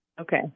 Okay